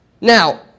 Now